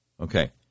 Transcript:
Okay